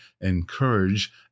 encourage